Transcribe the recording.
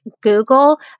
Google